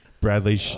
Bradley